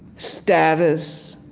status,